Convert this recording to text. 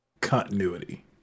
continuity